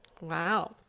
wow